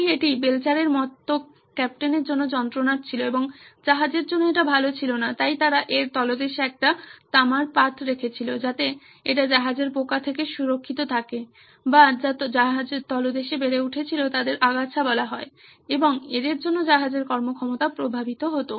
তাই এটি বেলচারের মতো কাপ্তানের জন্য যন্ত্রণার ছিল এবং জাহাজের জন্য এটা ভালো ছিল না তাই তারা এর তলদেশে একটি তামার পাঠ রেখেছিল যাতে এটি জাহাজের পোকা থেকে সুরক্ষিত থাকে বা যা তলদেশে বেড়ে উঠছিল তাদের আগাছা বলা হয় এবং এদের জন্য জাহাজের কর্মক্ষমতা প্রভাবিত হত